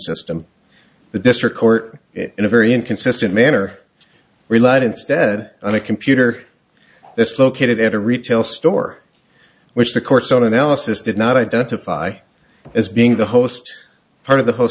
system the district court in a very inconsistent manner relied instead on a computer that's located at a retail store which the court's own analysis did not identify as being the host part of the whole